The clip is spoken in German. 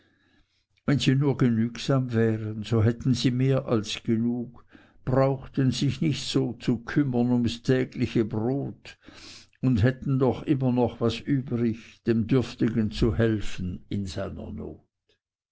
wenn sie nur genügsam wären so hätten sie mehr als genug brauchten sich nicht so zu kümmern ums tägliche brot und hätten doch immer noch was übrig dem dürftigen zu helfen in seiner not